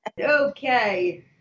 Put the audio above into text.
Okay